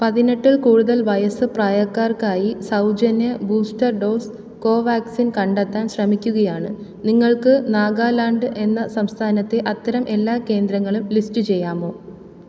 പതിനെട്ടിൽ കൂടുതൽ വയസ്സ് പ്രായക്കാർക്കായി സൗജന്യ ബൂസ്റ്റർ ഡോസ് കോവാക്സിൻ കണ്ടെത്താൻ ശ്രമിക്കുകയാണ് നിങ്ങൾക്ക് നാഗാലാൻറ്റ് എന്ന സംസ്ഥാനത്തെ അത്തരം എല്ലാ കേന്ദ്രങ്ങളും ലിസ്റ്റു ചെയ്യാമോ